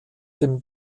dem